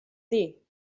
dir